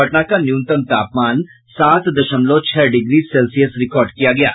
पटना का न्यूनतम तापमान सात दशमलव छह डिग्री सेल्सियस रिकॉर्ड किया गया है